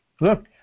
Look